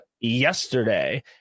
yesterday